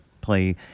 play